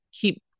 keep